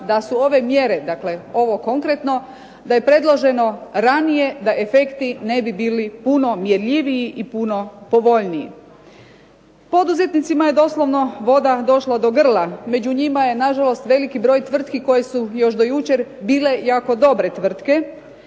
da su ove mjere, ovo konkretno, da je predloženo ranije da efekti ne bi bili puno mjerljiviji i puno povoljniji. Poduzetnicima je na žalost voda došla do grla, među njima je na žalost veliki broj tvrtki koje su još do jučer bile jako dobre tvrtke